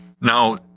Now